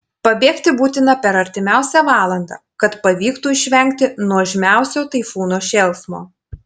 pabėgti būtina per artimiausią valandą kad pavyktų išvengti nuožmiausio taifūno šėlsmo